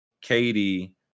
Katie